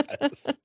Yes